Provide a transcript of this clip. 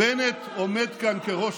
בנט עומד כאן כראש